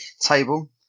table